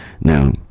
now